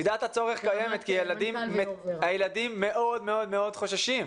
הילדים מאוד חוששים,